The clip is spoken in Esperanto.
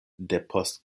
depost